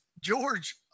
George